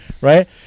Right